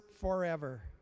forever